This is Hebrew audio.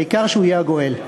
העיקר שהוא יהיה הגואל.